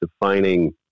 defining